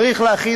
צריך להכין,